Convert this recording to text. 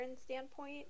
standpoint